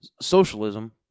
socialism